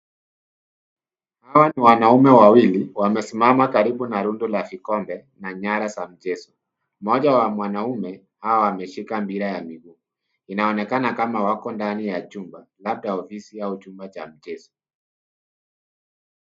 Hawa ni wanaume wawili. Wamesimama karibu na rundo la vikombe na nyara za michezo. Mmoja ya wanaume Hawa ameshika mpira ya miguu. Inaonekana kama wako ndani ya chumba, labda ofisi au chumba cha michezo.